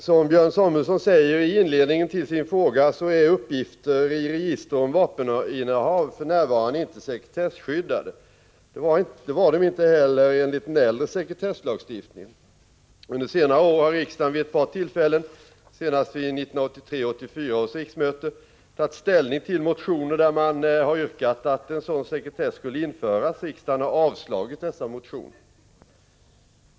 Som Björn Samuelson säger i inledningen till sin fråga är uppgifter i register om vapeninnehav för närvarande inte sekretesskyddade. Det var de inte heller enligt den äldre sekretesslagstiftningen. Under senare år har riksdagen vid ett par tillfällen, senast vid 1983 84:29).